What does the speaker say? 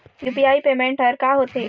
UPI payment हर का होते?